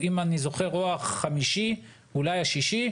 אתה יכול להגיד: אין לי חקיקה פנימית שמיישמת ומחייבת פנימה.